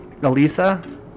Alisa